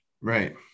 Right